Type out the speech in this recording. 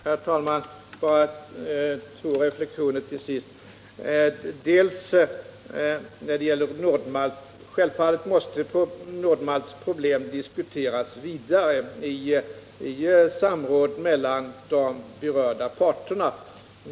Herr talman! Bara ett par reflexioner till sist. Självfallet måste Nord-Malts problem diskuteras vidare i samråd med de berörda parterna.